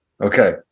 Okay